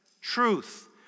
truth